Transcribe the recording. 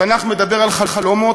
התנ"ך מדבר על חלומות,